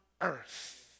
earth